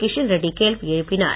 கிஷன் ரெட்டி கேள்வி எழுப்பினார்